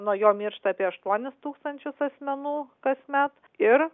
nuo jo miršta apie aštuonis tūkstančius asmenų kasmet ir